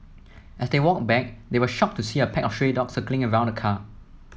as they walked back they were shocked to see a pack stray dogs circling around the car